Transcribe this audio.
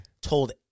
told